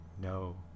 No